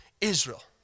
Israel